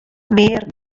mear